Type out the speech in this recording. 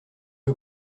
que